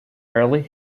early